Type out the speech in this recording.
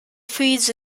feeds